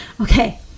Okay